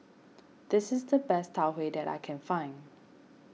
this is the best Tau Huay that I can find